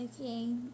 Okay